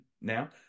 now